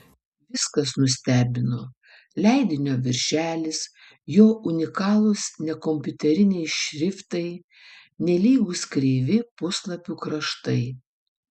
viskas nustebino leidinio viršelis jo unikalūs nekompiuteriniai šriftai nelygūs kreivi puslapių kraštai